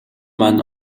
маань